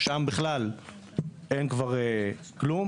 שם בכלל אין כבר כלום.